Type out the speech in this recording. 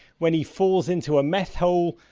when he falls into a meth hole,